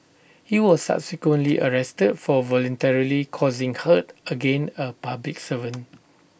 he was subsequently arrested for voluntarily causing hurt against A public servant